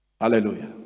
Hallelujah